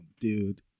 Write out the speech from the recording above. dude